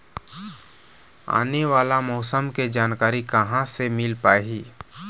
आने वाला मौसम के जानकारी कहां से मिल पाही?